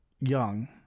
young